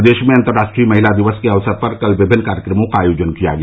प्रदेश में अन्तर्राष्ट्रीय महिला दिवस के अवसर पर कल विमिन्न कार्यक्रमों का आयोजन किया गया